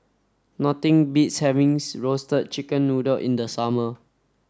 nothing beats having roasted chicken noodle in the summer